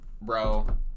Bro